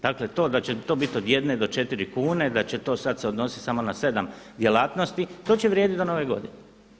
Dakle to da će to biti od 1 do 4 kune i da će to sada se odnositi samo na 7 djelatnosti, to će vrijediti do Nove Godine.